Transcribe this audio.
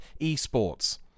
eSports